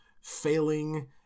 failing